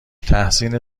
تحسین